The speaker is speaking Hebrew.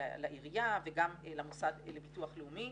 לעירייה וגם למוסד לביטוח לאומי,